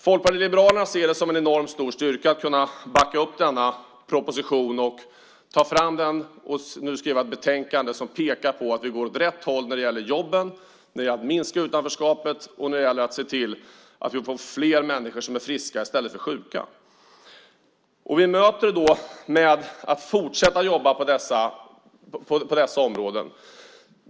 Folkpartiet liberalerna ser det som en enorm styrka att kunna backa upp denna proposition, ta fram och skriva ett betänkande som pekar på att det går åt rätt håll när det gäller jobben, när det gäller att minska utanförskapet och när det gäller att se till att vi får fler människor som är friska i stället för sjuka. Vi möter detta med att fortsätta jobba på dessa områden.